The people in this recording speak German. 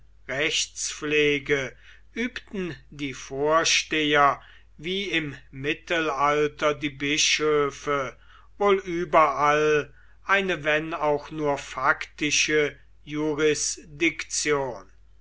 rechtspflege übten die vorsteher wie im mittelalter die bischöfe wohl überall eine wenn auch nur faktische